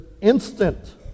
instant